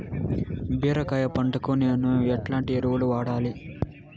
బీరకాయ పంటకు నేను ఎట్లాంటి ఎరువులు వాడాలి?